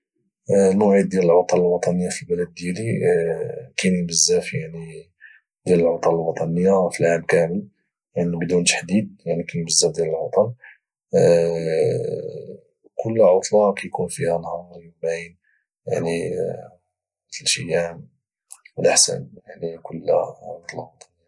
الموعد ديال العطله الوطنيه في البلاد ديالي كاينين بزاف ديال العطل الوطنيه في العام كامل يعني بدون تحديد كاينين بزاف ديال العطل وكل عطله كيكون فيها نهار يومين يعني ثلاث ايام على حساب يعني كل عطله وطنيه